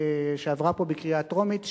שעברה פה בקריאה טרומית,